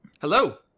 Hello